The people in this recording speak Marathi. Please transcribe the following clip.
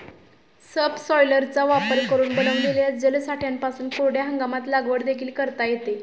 सबसॉयलरचा वापर करून बनविलेल्या जलसाठ्यांपासून कोरड्या हंगामात लागवड देखील करता येते